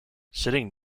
sitting